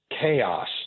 chaos